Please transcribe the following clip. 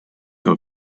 nur